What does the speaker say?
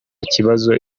kibazo